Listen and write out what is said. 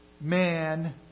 Man